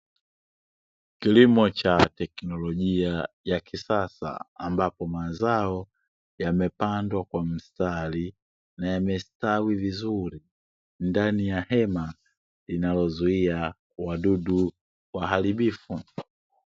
Kilimo cha tekinolojia ya kisasa ambapo mazao yamepandwa kwa mstari, na yamestawi vizuri ndani ya hema linalozuia wadudu waharibifu.